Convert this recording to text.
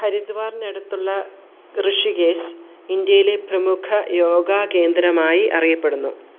ഹരിദ്വാറിനടുത്തുള്ള ഋഷികേശ് ഇന്ത്യയിലെ പ്രമുഖ യോഗാകേന്ദ്രമായി അറിയപ്പെടുന്നു